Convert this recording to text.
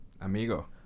Amigo